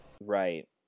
right